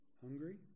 hungry